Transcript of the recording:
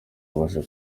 abasha